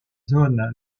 zone